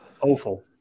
Awful